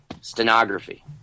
stenography